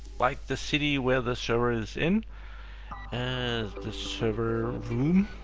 like the city where the server is in and the server room.